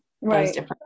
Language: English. Right